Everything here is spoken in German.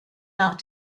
nach